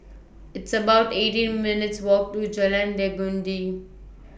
It's about eighteen minutes' Walk to Jalan Legundi